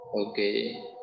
okay